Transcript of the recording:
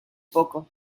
poco